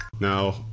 Now